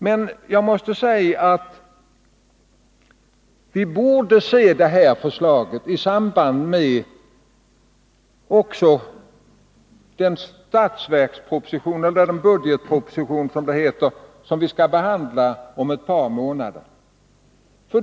Men man borde se på regeringens förslag i belysning av den budgetproposition som skall behandlas om ett par månader.